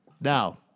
Now